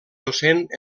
docent